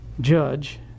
judge